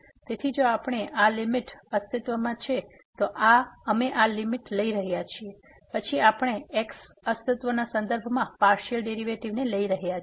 તેથી જો આપણે આ લીમીટ અસ્તિત્વમાં છે તો અમે આ લીમીટ લઈ રહ્યા છીએ પછી આપણે x અસ્તિત્વના સંદર્ભમાં પાર્સીઅલ ડેરીવેટીવને લઇ રહ્યા છીએ